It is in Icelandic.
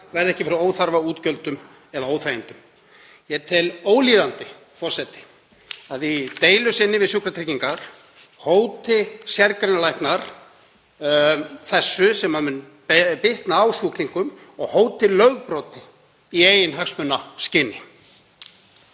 verði ekki fyrir óþarfa útgjöldum eða óþægindum.“ Forseti. Ég tel ólíðandi að í deilu sinni við Sjúkratryggingar hóti sérgreinalæknar þessu, sem mun bitna á sjúklingum, og hóti lögbroti í eiginhagsmunaskyni.